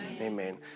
Amen